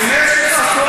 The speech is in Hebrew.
למה אתה מסית?